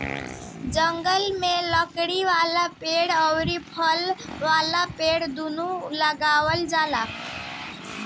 जंगल में लकड़ी वाला पेड़ अउरी फल वाला पेड़ दूनो लगावल जाला